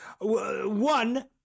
one